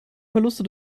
verluste